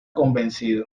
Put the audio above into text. convencido